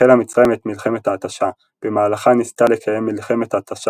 החלה מצרים את מלחמת ההתשה במהלכה ניסתה לקיים מלחמת התשה